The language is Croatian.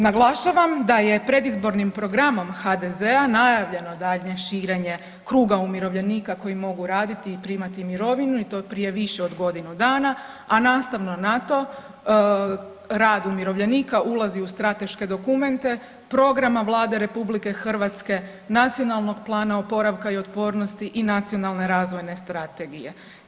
Naglašavam da je predizbornim programom HDZ-a najavljeno daljnje širenje kruga umirovljenika koji mogu raditi i primati mirovinu i to prije više od godinu dana, a nastavno na to, rad umirovljenika ulazi u strateške dokumente programa Vlade RH, Nacionalnog plana oporavka i otpornosti i Nacionalne razvojne strategije.